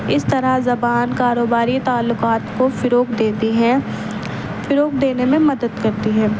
اس طرح زبان کاروباری تعلقات کو فروغ دیتی ہے فروغ دینے میں مدد کرتی ہے